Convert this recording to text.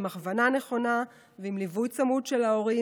עם הכוונה נכונה ועם ליווי צמוד של ההורים,